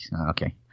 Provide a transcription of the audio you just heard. Okay